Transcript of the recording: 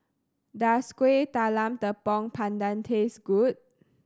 does Kuih Talam Tepong Pandan taste good